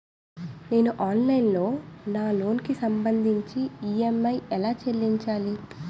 నేను ఆన్లైన్ లో నా లోన్ కి సంభందించి ఈ.ఎం.ఐ ఎలా చెల్లించాలి?